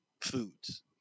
foods